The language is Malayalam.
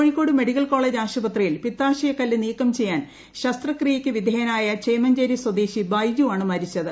കോഴിക്കോട് മെഡിക്കൽ കോളേജ് ആശുപത്രിയിൽ പിത്താശയ ക്കല്ല് നീക്കം ചെയ്യാൻ ശസ്ത്രക്രിയയ്ക്ക് വിധേയനായ ചേമഞ്ചേരി സ്വദേശി ബൈജു ആണ് മരിച്ചത്